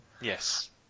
Yes